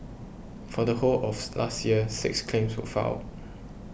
for the whole of last year six claims were filed